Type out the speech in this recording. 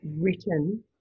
written